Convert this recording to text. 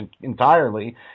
entirely